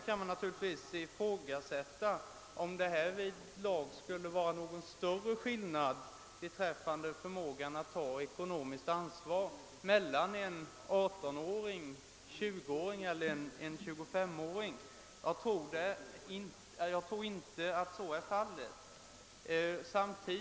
Man kan naturligtvis ifrågasätta om det härvidlag skulle vara någon större skillnad i förmågan att ta ekonomiskt ansvar mellan en 18-åring, 20-åring eller en 25-åring. Jag tror inte att så är fallet.